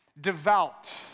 Devout